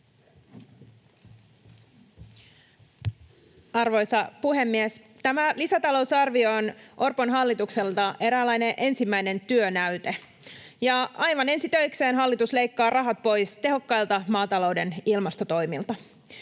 Arvoisa puhemies! Tämä lisätalousarvio on Orpon hallitukselta eräänlainen ensimmäinen työnäyte, ja aivan ensi töikseen hallitus leikkaa rahat pois tehokkailta maatalouden ilmastotoimilta.